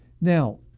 Now